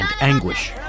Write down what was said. anguish